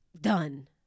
done